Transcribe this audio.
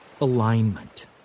alignment